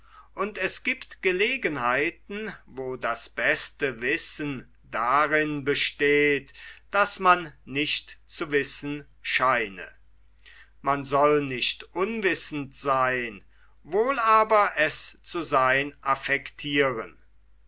und es giebt gelegenheiten wo das beste wissen darin besteht daß man nicht zu wissen scheine man soll nicht unwissend seyn wohl aber es zu seyn